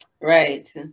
Right